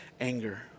anger